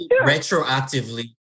Retroactively